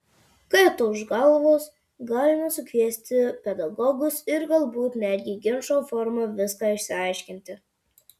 kai atauš galvos galima sukviesti pedagogus ir galbūt netgi ginčo forma viską išsiaiškinti